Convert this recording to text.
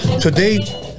today